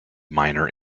minor